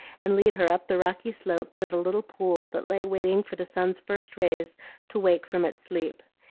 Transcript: and lead her up the rocky slope to the little pool that lay waiting for the sun's first rays to wake from its sleep.